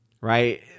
right